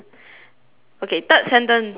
okay third sentence okay